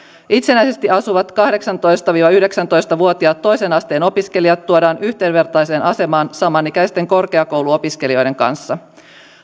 itsenäisesti asuvat kahdeksantoista viiva yhdeksäntoista vuotiaat toisen asteen opiskelijat tuodaan yhdenvertaiseen asemaan samanikäisten korkeakouluopiskelijoiden kanssa